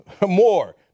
More